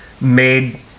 made